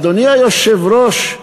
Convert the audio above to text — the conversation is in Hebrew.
אדוני היושב-ראש,